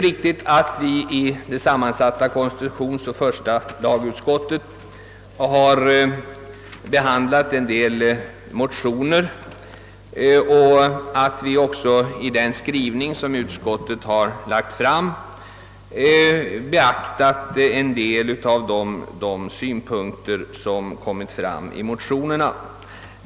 — Vi har ju i det förstnämnda utskottet haft att behandla en del motioner, och i utskottets skrivning har vissa av de i motionerna framförda synpunkterna beaktats.